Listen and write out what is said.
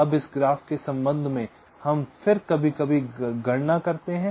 अब इस ग्राफ के संबंध में हम फिर कभी कभी गणना करते हैं